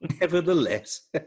Nevertheless